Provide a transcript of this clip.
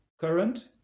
current